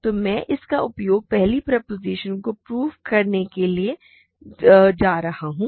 तो मैं इसका उपयोग पहली प्रोपोज़िशन को प्रूव करने के लिए करने जा रहा हूं